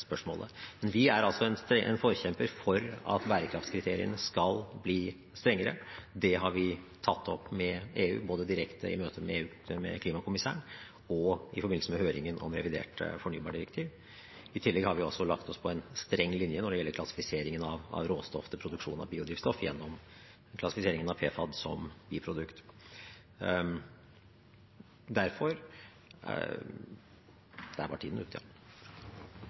spørsmålet. Men vi er en forkjemper for at bærekraftskriteriene skal bli strengere. Det har vi tatt opp med EU både direkte i møte med klimakommissæren og i forbindelse med høringen om revidert fornybardirektiv. I tillegg har vi også lagt oss på en streng linje når det gjelder klassifiseringen av råstoff til produksjon av biodrivstoff, gjennom klassifiseringen av PFAD i produkt. Jeg er en av dem som